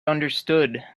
understood